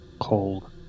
cold